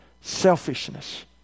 selfishness